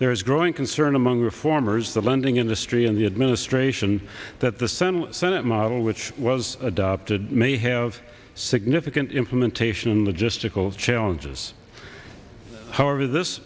there is growing concern among reformers the lending industry and the administration that the senate senate model which was adopted may have significant implementation logistical challenges however this